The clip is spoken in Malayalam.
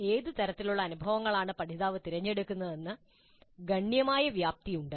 ഏത് തരത്തിലുള്ള അനുഭവങ്ങളാണ് പഠിതാവ് തിരഞ്ഞെടുക്കുന്നതെന്ന് ഗണ്യമായ വ്യാപ്തി ഉണ്ട്